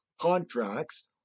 contracts